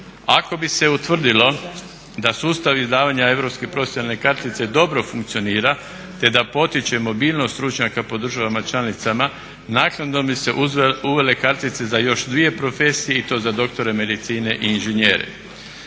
Ako bi se utvrdilo da sustav izdavanja europske profesionalne kartice dobro funkcionira te da potiče mobilnost stručnjaka po državama članicama naknadno bi se uvele kartice za još dvije profesije i to za doktore medicine i inženjere.